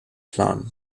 plan